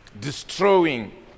destroying